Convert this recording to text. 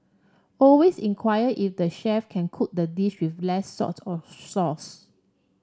always inquire if the chef can cook the dish with less salt or sauce